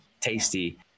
tasty